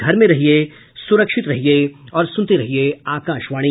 घर में रहिये सुरक्षित रहिये और सुनते रहिये आकाशवाणी